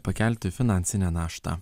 pakelti finansinę naštą